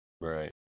Right